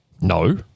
No